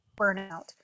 burnout